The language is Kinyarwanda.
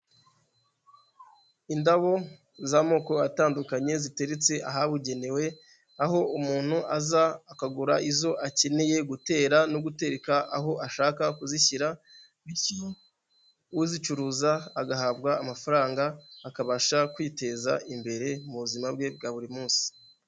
Indabo z'amoko atandukanye ziteretse ahabugenewe, aho umuntu aza akagura izo akeneye gutera no gutereka aho ashaka kuzishyira, bityo uzicuruza agahabwa amafaranga akabasha kwiteza imbere mu buzima bwe bwa buri munsi.